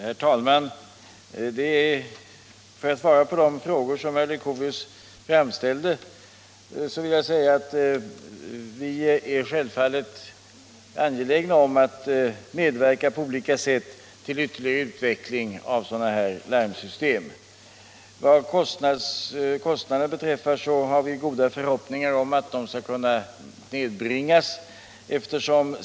Herr talman! Som svar på de frågor som herr Leuchovius framställde vill jag säga att vi självfallet är angelägna att på olika sätt medverka till ytterligare utveckling av sådana här larmsystem. Vad kostnaderna beträffar har vi goda förhoppningar om att de skall kunna nedbringas.